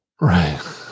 right